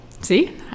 see